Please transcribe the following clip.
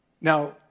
Now